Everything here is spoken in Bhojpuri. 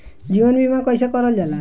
जीवन बीमा कईसे करल जाला?